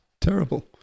Terrible